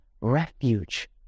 refuge